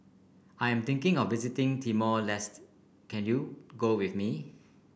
I am thinking of visiting Timor Leste can you go with me